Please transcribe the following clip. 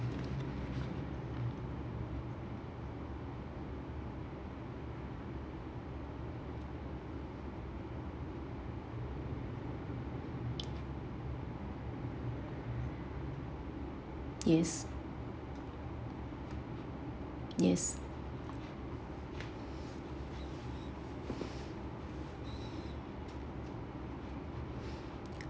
yes yes